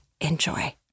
enjoy